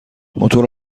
موتور